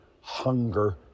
hunger